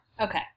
Okay